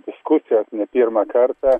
diskusijos ne pirmą kartą